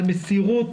על מסירות,